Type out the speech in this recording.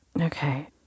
Okay